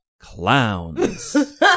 clowns